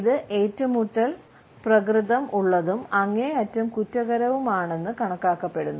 ഇത് ഏറ്റുമുട്ടൽ പ്രകൃതം ഉള്ളതും അങ്ങേയറ്റം കുറ്റകരവുമാണെന്ന് കണക്കാക്കപ്പെടുന്നു